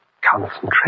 Concentration